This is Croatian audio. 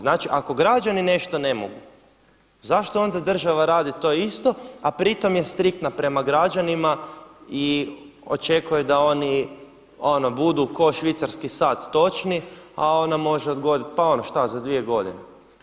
Znači ako građani nešto ne mogu, zašto onda država radi to isto, a pri tome je striktna prema građanima i očekuje da oni budu ko švicarski sat točni, a ona može odgoditi pa ono šta za dvije godine.